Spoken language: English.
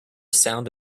sound